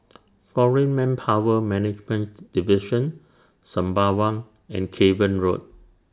Foreign Manpower Management Division Sembawang and Cavan Road